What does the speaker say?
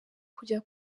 kujya